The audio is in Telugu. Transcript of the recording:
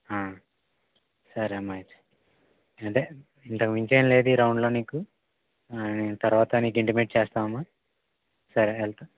సరేమ్మ అయితే అంటే ఇంతకుమించి ఏం లేదు ఈ రౌండ్లో నీకు తర్వాత నీకు ఇంటిమేట్ చేస్తామమ్మ సరే వెళ్తా